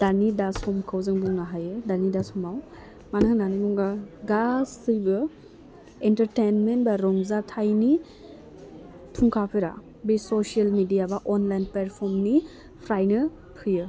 दानि दा समखौ जों बुंनो हायो दानि दा समाव मानो होननानै बुङो गासैबो एन्टारटेइनमेन्ट बा रंजाथाइनि फुंखाफोरा बे ससियेल मेडिया बा अनलाइन प्लेटफर्मनिफ्रायनो फैयो